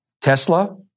Tesla